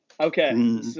okay